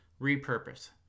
Repurpose